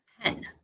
Pen